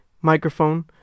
microphone